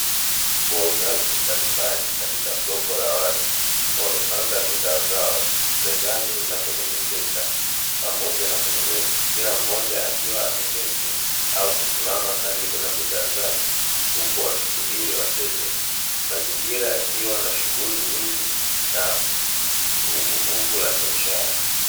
Wauzaji mbalimbali katika soko la wazi wamepanga bidhaa zao mezani na kwenye mikeka pamoja na kwenye meza kila mmoja akiwa ameketi au kusimama karibu na bidhaa zake huku wakisubiri wateja. Mazingira yakiwa na shughuli nyingi na vuguvugu la biashara.